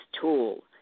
tool